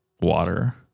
water